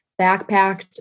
backpacked